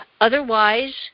Otherwise